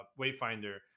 wayfinder